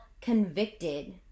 convicted